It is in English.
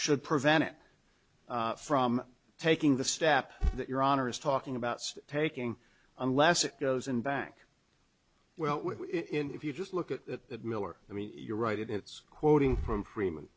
should prevent it from taking the step that your honor is talking about taking unless it goes in bank well if you just look at that miller i mean you're right it's quoting from freeman